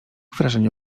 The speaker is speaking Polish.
wrażenia